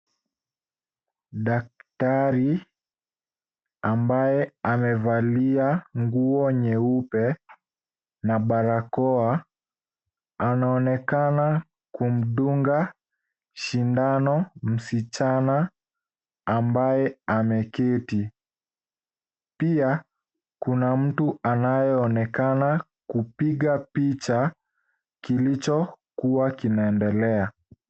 Daktari, ambaye amevalia nguo nyeupe na barakoa, anaonekana kumdunga sindano msichana ambaye ameketi. Pia, kuna mtu anayeonekana kupiga picha, kilichokuwa kinaendelea.